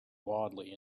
wildly